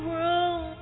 room